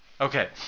Okay